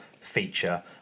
feature